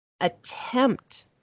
attempt